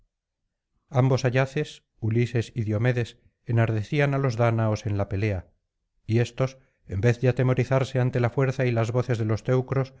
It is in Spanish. ambos ayaces ulises y diomedes enardecían á los dáñaos en la pelea y éstos en vez de atemorizarse ante la fuerza y las voces de los teucros